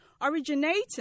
originating